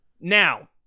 Now